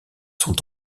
sont